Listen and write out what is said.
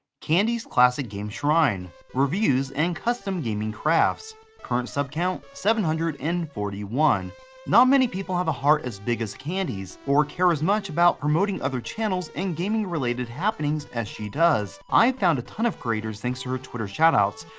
candi's classic game shrine reviews and custom gaming crafts current sub count seven hundred and forty one not many people have a heart as big as candi's or care as much about promoting channels and gaming related happenings as she does. i've found a ton of creators thanks so her twitter shoutouts,